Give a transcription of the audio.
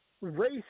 Race